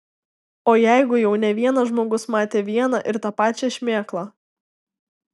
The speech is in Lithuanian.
o jeigu jau ne vienas žmogus matė vieną ir tą pačią šmėklą